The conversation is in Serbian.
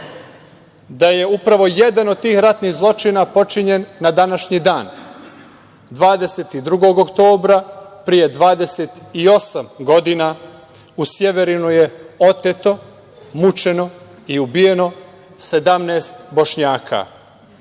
da je upravo jedan od tih ratnih zločina počinjen na današnji dan, 22. oktobra pre 28. godina, u Sjeverinu je oteto, mučeno i ubijeno 17 Bošnjaka,